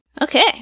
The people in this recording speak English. Okay